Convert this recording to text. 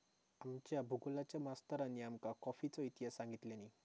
आमच्या भुगोलच्या मास्तरानी आमका कॉफीचो इतिहास सांगितल्यानी